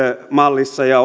mallissa ja